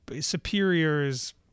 superiors